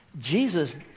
Jesus